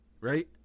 Right